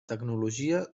tecnologia